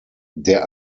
der